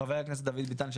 חבר הכנסת דוד ביטן,